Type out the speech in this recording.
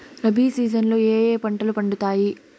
rabi season లో ఏ ఏ పంటలు పండుతాయి